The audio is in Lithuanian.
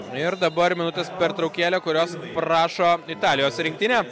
ir dabar minutės pertraukėlė kurios prašo italijos rinktinė